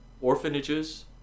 Orphanages